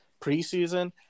preseason